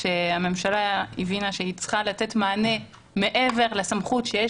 כשממשלה הבינה שהיא צריכה לתת מענה מעבר לסמכות שיש